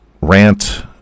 rant